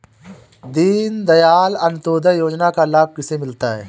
दीनदयाल अंत्योदय योजना का लाभ किसे मिलता है?